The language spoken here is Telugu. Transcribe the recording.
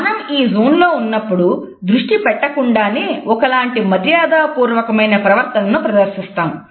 మనం ఈ జోన్ లో ఉన్నప్పుడు దృష్టి పెట్టకుండానే ఒకలాంటి మర్యాద పూర్వకమైన ప్రవర్తనను ప్రదర్శిస్తాము